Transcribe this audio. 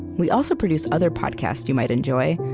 we also produce other podcasts you might enjoy,